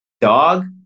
dog